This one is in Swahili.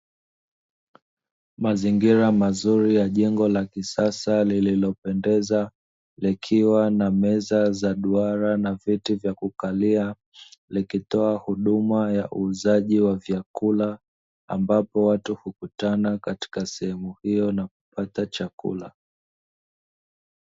Mazingira mazuri ya jengo la kisasa lililopendeza, likiwa na meza za duara na viti vya kukalia, likitoa huduma ya uuzaji wa vyakula, ambapo watu hukutana katika sehemu hiyo na kupata chakula.